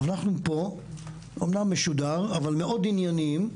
אנחנו פה אומנם בשידור אבל ענייניים מאוד.